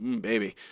baby